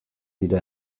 dira